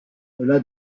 cela